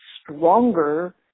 stronger